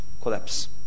collapse